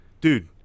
Dude